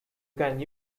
can